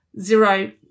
zero